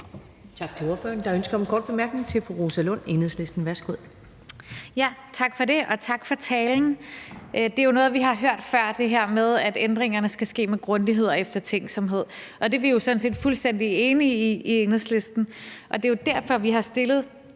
Tak til ordføreren. Der er ønske om en kort bemærkning fra fru Rosa Lund, Enhedslisten. Værsgo.